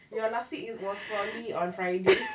your last week is was probably on friday